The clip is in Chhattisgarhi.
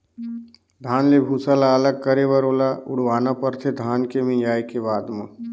धान ले भूसा ल अलग करे बर ओला उड़वाना परथे धान के मिंजाए के बाद म